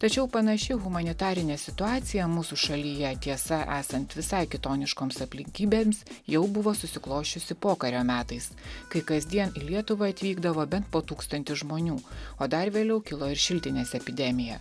tačiau panaši humanitarinė situacija mūsų šalyje tiesa esant visai kitoniškoms aplinkybėms jau buvo susiklosčiusi pokario metais kai kasdien į lietuvą atvykdavo bent po tūkstantį žmonių o dar vėliau kilo ir šiltinės epidemija